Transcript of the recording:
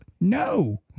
no